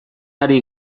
ari